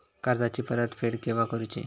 कर्जाची परत फेड केव्हा करुची?